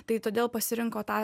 tai todėl pasirinko tą